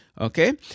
Okay